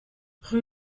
rue